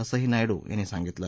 असं ही नायडू यांनी सांगितलं